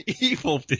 evil